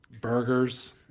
Burgers